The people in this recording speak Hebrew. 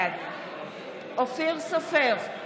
בעד אופיר סופר,